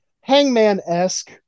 Hangman-esque